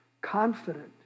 confident